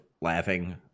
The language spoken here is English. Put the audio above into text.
laughing